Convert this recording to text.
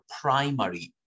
primary